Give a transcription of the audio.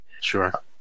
Sure